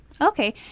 Okay